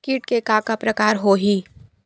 कीट के का का प्रकार हो होही?